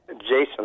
Jason